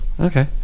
Okay